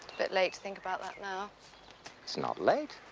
bit late to think about that now it's not late